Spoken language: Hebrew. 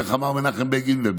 איך אמר מנחם בגין?